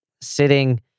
sitting